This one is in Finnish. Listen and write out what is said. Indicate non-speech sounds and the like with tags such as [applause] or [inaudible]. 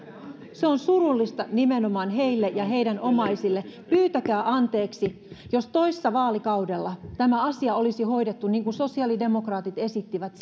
se on surullista nimenomaan heille ja heidän omaisilleen pyytäkää anteeksi jos toissa vaalikaudella tämä asia olisi hoidettu niin kuin sosiaalidemokraatit esittivät [unintelligible]